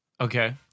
Okay